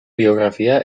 biografia